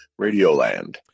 Radioland